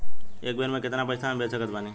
एक बेर मे केतना पैसा हम भेज सकत बानी?